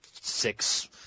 six